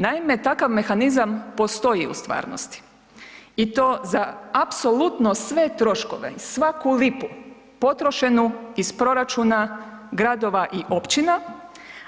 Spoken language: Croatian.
Naime, takav mehanizam postoji u stvarnosti i to za apsolutno sve troškove, svaku lipu potrošenu iz proračuna gradova i općina,